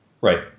Right